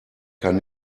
kann